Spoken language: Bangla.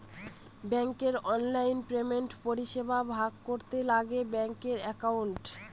ব্যাঙ্কের অনলাইন পেমেন্টের পরিষেবা ভোগ করতে লাগে ব্যাঙ্কের একাউন্ট